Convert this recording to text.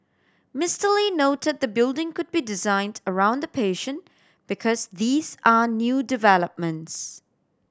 Mister Lee note the building could be designed around the patient because these are new developments